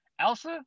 Elsa